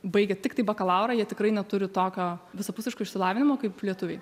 baigė tiktai bakalaurą jie tikrai neturi tokio visapusiško išsilavinimo kaip lietuviai